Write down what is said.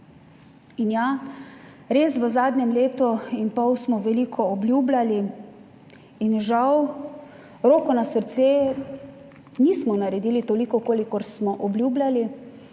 In ja, res, v zadnjem letu in pol smo veliko obljubljali in žal, roko na srce, nismo naredili toliko, kolikor smo obljubljali.